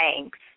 Thanks